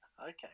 okay